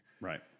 Right